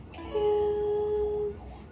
kills